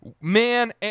man